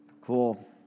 Cool